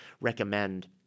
recommend